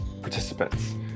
participants